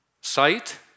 sight